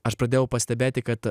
aš pradėjau pastebėti kad